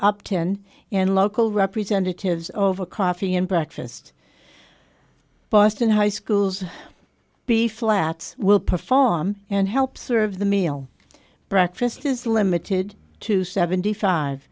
upton and local representatives over coffee and breakfast boston high school's b flats will perform and help serve the meal breakfast is limited to seventy five